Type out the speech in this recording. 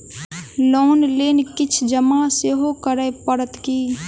Loan लेल किछ जमा सेहो करै पड़त की?